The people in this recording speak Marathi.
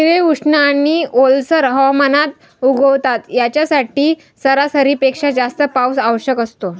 मिरे उष्ण आणि ओलसर हवामानात उगवतात, यांच्यासाठी सरासरीपेक्षा जास्त पाऊस आवश्यक असतो